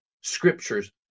scriptures